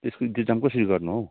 यसको इन्तजाम कसरी गर्नु हो